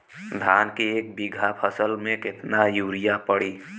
धान के एक बिघा फसल मे कितना यूरिया पड़ी?